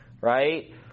Right